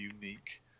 unique